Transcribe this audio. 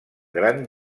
gran